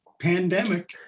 pandemic